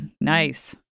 Nice